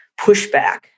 pushback